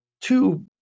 two